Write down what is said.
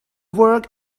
work